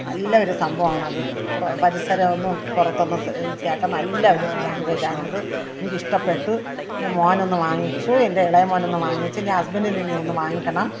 നല്ല ഒരു സംഭവം ആണ് അത് പരിസരമൊന്നും പുറത്ത് നിന്ന് കേൾക്കാൻ നല്ല ഒരു ലാംഗ്വേജാണ് അത് എനിക്ക് ഇഷ്ടപ്പെട്ടു എൻ്റെ മോൻ ഒന്ന് വാങ്ങിച്ചു എൻ്റെ എളേ മോൻ ഒന്ന് വാങ്ങിച്ചു എൻ്റെ ഹസ്ബൻഡിന് ഇനി ഒന്ന് വാങ്ങിക്കണം